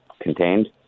contained